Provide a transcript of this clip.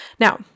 Now